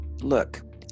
look